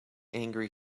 angry